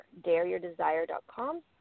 DareYourDesire.com